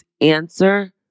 answer